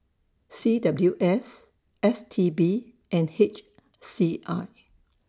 C W S S T B and H C I